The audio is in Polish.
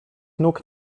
nóg